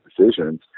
decisions